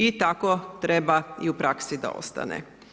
I tako treba i u praksi da ostane.